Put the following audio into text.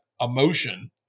emotion